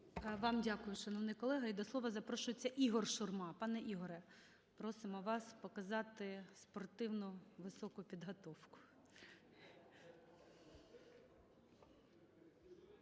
Вам дякую, шановний колего. І до слова запрошується Ігор Шурма. Пане Ігоре, просимо вас показати спортивну високу підготовку.